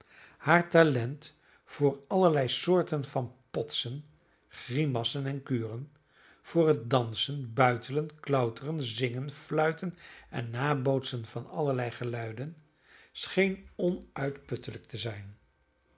haar talent voor allerlei soorten van potsen grimassen en kuren voor het dansen buitelen klauteren zingen fluiten en nabootsen van allerlei geluiden scheen onuitputtelijk te zijn